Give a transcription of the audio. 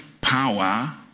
power